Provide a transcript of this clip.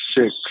six